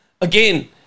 Again